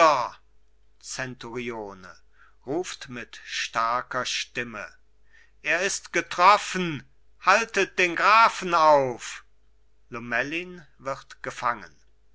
ruft mit starker stimme er ist getroffen haltet den grafen auf lomellin wird gefangen